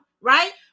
right